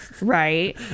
right